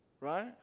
Right